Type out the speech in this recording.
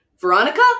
Veronica